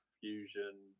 Fusion